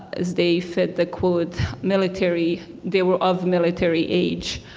as they fit the, quote, military they were of military age.